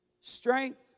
strength